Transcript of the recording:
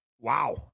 Wow